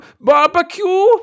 barbecue